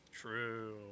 True